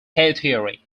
theory